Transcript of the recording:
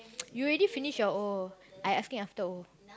you already finish your O I asking after O